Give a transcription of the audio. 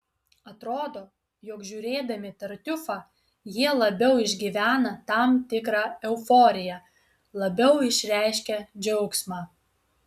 atrodo jog žiūrėdami tartiufą jie labiau išgyvena tam tikrą euforiją labiau išreiškia džiaugsmą